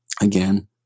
again